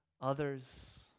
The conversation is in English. others